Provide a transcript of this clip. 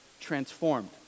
transformed